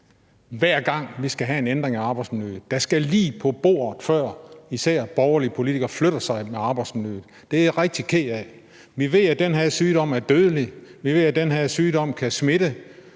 hver gang vi skal have en ændring af arbejdsmiljøet. Der skal lig på bordet, før især borgerlige politikere flytter sig med arbejdsmiljøet. Det er jeg rigtig ked af. Vi ved, at den her sygdom er dødelig, vi ved, at den her sygdom kan smitte,